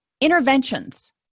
interventions